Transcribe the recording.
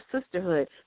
sisterhood